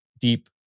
deep